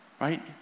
right